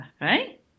Right